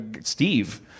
Steve